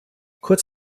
kurz